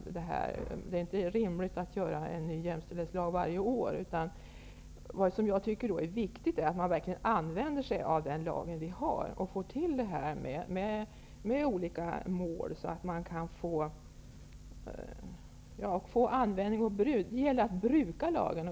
Det är inte rimligt att införa en ny jämställdhetslag varje år. Det är viktigt att man verkligen använder sig av den lag som finns när man skall uppfylla olika mål. Det gäller att bruka lagen.